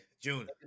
June